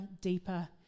deeper